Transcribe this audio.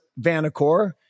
Vanacore